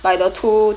like the two